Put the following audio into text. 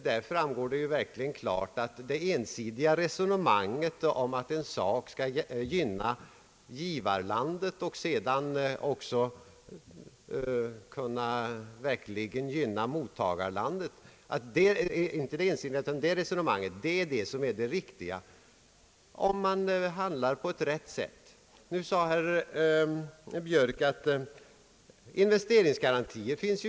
Där framgår det verkligen klart att resonemanget att en sak som gynnar givarlandet också skall kunna gynna mottagarlandet är det riktiga, om man går till väga på rätt sätt. Herr Björk sade att ingen har begärt investeringsgarantier.